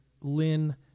Lynn